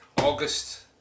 August